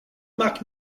marque